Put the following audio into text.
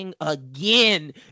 again